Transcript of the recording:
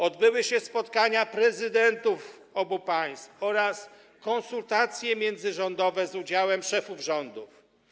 Odbyły się spotkania prezydentów obu państw oraz konsultacje międzyrządowe z udziałem szefów rządów.